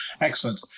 Excellent